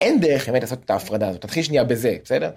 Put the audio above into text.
‫אין דרך, באמת, לעשות את ההפרדה הזאת. ת‫תחיל שנייה בזה, בסדר?